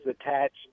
attached